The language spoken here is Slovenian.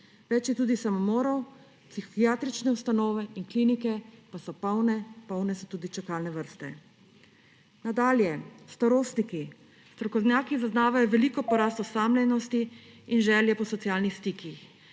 Več je tudi samomorov, psihiatrične ustanove in klinike pa so polne, polne so tudi čakalne vrste. Nadalje. Starostniki. Strokovnjaki zaznavajo veliko porast osamljenosti in želje po socialnih stikih.